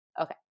Okay